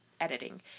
editing